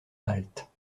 halte